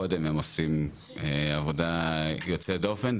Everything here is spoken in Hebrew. קודם הם עושים עבודה יוצאת דופן,